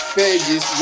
pages